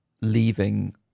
leaving